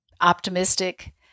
optimistic